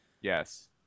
yes